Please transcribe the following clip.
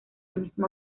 misma